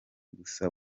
gusa